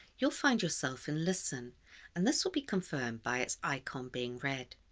you'll find yourself in listen and this will be confirmed by its icon being red.